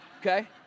okay